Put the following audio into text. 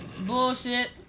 Bullshit